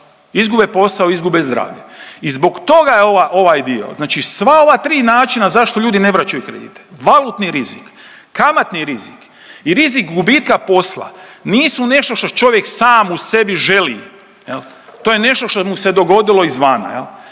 Izgube posao, izgube zdravlje. I zbog toga je ova, ovaj dio, znači sva ova tri načina zašto ljudi ne vraćaju kredite, valutni rizik, kamatni rizik i rizik gubitka posla, nisu nešto što čovjek sam u sebi želi. To je nešto što mu se dogodilo izvana